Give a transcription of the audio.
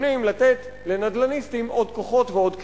מתכוונים לתת לנדל"ניסטים עוד כוחות ועוד כלים.